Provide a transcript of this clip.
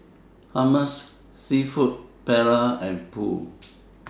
Hummus Seafood Paella and Pho